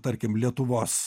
tarkim lietuvos